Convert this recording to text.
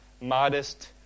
modest